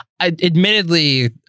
Admittedly